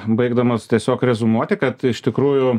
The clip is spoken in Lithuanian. baigdamas tiesiog reziumuoti kad iš tikrųjų